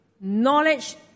knowledge